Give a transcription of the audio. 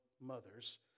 mothers